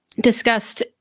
discussed